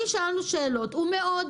שאלנו שאלות ולצערי לא קיבלנו תשובות.